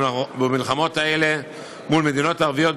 במלחמות האלה מול מדינות ערביות,